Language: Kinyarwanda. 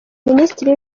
minisitiri